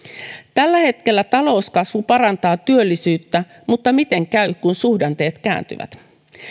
tällä hetkellä talouskasvu parantaa työllisyyttä mutta miten käy kun suhdanteet kääntyvät